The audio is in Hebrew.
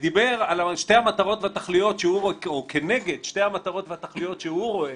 הוא דיבר על שתי המטרות והתכליות או כנגד שתי המטרות והתכליות שהוא רואה